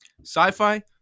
Sci-fi